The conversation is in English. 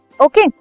Okay